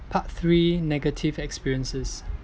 part three negative experiences